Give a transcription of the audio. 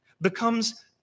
becomes